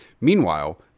Meanwhile